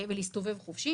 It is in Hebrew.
ולהסתובב חופשי.